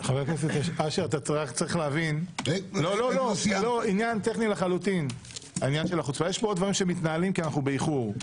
אתה צריך להבין עניין טכני - יש פה עוד דברים שמתנהלים כי אנחנו באיחור.